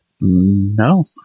No